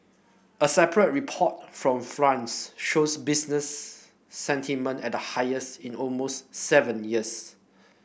a separate report from France showed business sentiment at the highest in almost seven years